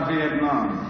Vietnam